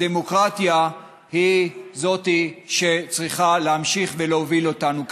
הדמוקרטיה היא שצריכה להמשיך להוביל אותנו,